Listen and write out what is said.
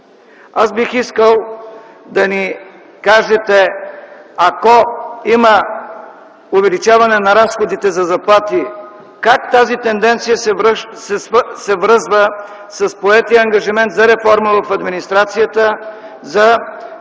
бих искал да ни кажете, ако има увеличаване на разходите за заплати, как тази тенденция се връзва с поетия ангажимент за реформа в администрацията, за